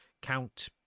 Count